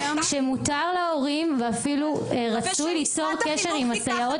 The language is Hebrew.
שמותר להורים ואפילו רצוי ליצור קשר עם הסייעות